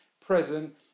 present